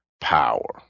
power